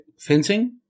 Fencing